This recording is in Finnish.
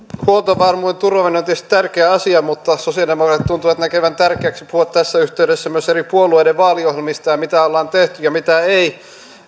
huoltovarmuuden turvaaminen on tietysti tärkeä asia mutta sosialidemokraatit tuntuvat näkevän tärkeäksi puhua tässä yhteydessä myös eri puolueiden vaaliohjelmista ja siitä mitä ollaan tehty ja mitä ei